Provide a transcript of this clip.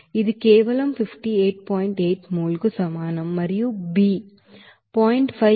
8 mol Aకు సమానం మరియు B 0